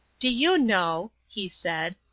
do you know, he said,